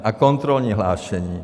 A kontrolní hlášení.